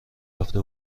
یافته